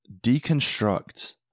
deconstruct